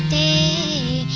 a